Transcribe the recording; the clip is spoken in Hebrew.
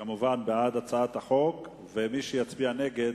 בעד הצעת החוק ומי שיצביע נגד